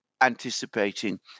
anticipating